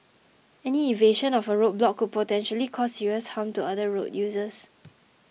any evasion of a road block potentially cause serious harm to other road users